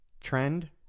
trend